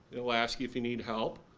they'll ask you if you need help,